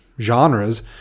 genres